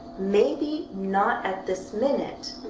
maybe not at this minute,